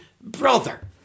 brother